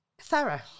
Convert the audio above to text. thorough